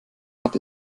hat